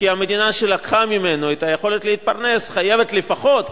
כי המדינה שלקחה ממנו את היכולת להתפרנס חייבת לפחות,